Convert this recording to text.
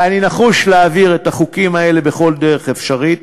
ואני נחוש להעביר את החוקים האלה בכל דרך אפשרית,